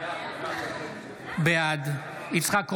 בעד יצחק קרויזר,